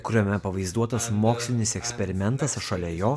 kuriame pavaizduotas mokslinis eksperimentas o šalia jo